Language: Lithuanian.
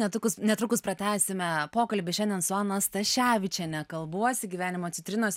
netrukus netrukus pratęsime pokalbį šiandien su ana staševičienė kalbuosi gyvenimo citrinose